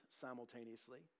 simultaneously